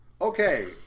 Okay